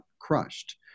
crushed